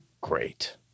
great